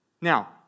Now